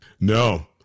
No